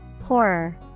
Horror